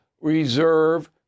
reserve